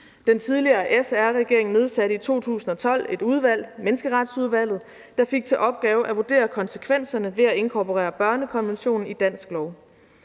Den tidligere SR-regering nedsatte i 2012 et udvalg, Menneskeretsudvalget, der fik til opgave at vurdere konsekvenserne af at inkorporere børnekonventionen i dansk lov.